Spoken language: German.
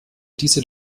diese